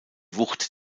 wucht